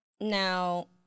Now